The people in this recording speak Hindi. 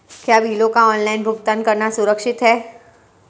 क्या बिलों का ऑनलाइन भुगतान करना सुरक्षित है?